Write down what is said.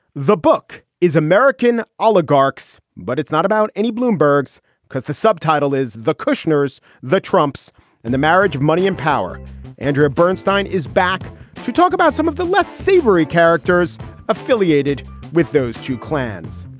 the book is american oligarchs. but it's not about any bloombergs because the subtitle is the kushner's, the trumps and the marriage of money and power andrew bernstine is back to talk about some of the less savory characters affiliated with those two clans